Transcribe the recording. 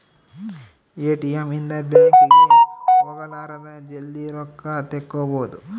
ATM ಇಂದ bank ಗೆ ಹೋಗಲಾರದ ಜಲ್ದೀ ರೊಕ್ಕ ತೆಕ್ಕೊಬೋದು